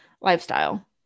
lifestyle